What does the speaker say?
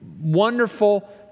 wonderful